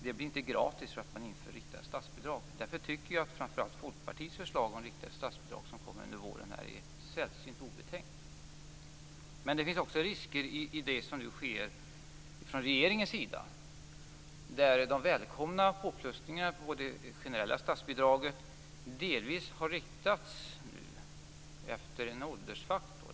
Det blir inte gratis därför att man inför riktade statsbidrag. Därför tycker jag att framför allt Folkpartiets förslag om riktade statsbidrag, som kom under våren, är sällsynt obetänkt. Det finns också risker i det som nu sker från regeringens sida. De välkomna påplussningarna på det generella statsbidraget har delvis riktats efter en åldersfaktor.